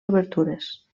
obertures